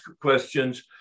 questions